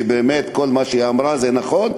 באמת כל מה שהיא אמרה זה נכון,